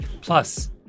Plus